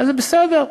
זה בסדר.